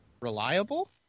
Reliable